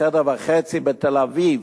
חדר וחצי בתל-אביב,